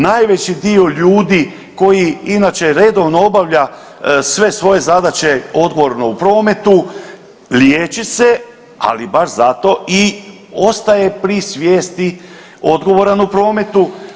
Najveći dio ljudi koji inače redovno obavlja sve svoje zadaće odgovorno u prometu liječi se, ali baš zato i ostaje pri svijesti odgovoran u prometu.